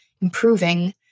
improving